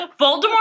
Voldemort